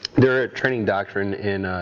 their training doctrine in